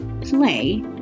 play